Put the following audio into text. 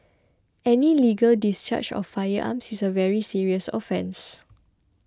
any illegal discharge of firearms is a very serious offence